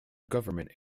government